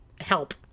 help